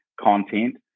content